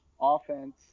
offense